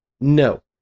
No